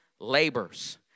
labors